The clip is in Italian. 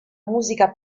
musica